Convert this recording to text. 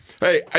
Hey